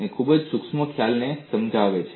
તે ખૂબ જ સૂક્ષ્મ ખ્યાલને સમજાવે છે